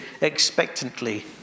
expectantly